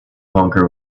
honker